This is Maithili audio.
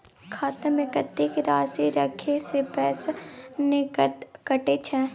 खाता में कत्ते राशि रखे से पैसा ने कटै छै?